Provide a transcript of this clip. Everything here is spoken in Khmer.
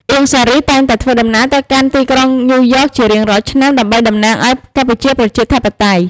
អៀង សារី តែងតែធ្វើដំណើរទៅកាន់ទីក្រុងញូវយ៉កជារៀងរាល់ឆ្នាំ ដើម្បីតំណាងឱ្យកម្ពុជាប្រជាធិបតេយ្យ។